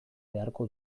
beharko